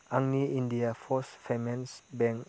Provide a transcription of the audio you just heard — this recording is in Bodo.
आंनि इण्डिया फर्स पेमेन्स बेंक